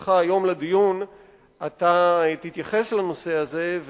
שבתשובתך היום לדיון תתייחס לנושא הזה,